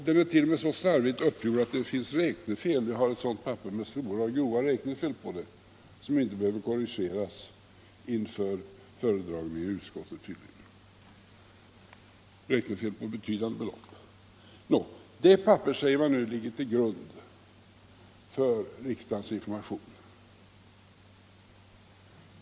Den är t.o.m. så slarvigt uppgjord att där finns grova räknefel på betydande belopp som tydligen inte behövde korrigeras inför föredragningen i utskottet. Den papperslappen ligger till grund för riksdagens information.